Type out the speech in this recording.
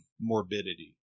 morbidity